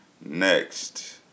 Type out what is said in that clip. Next